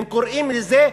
הם קוראים לזה: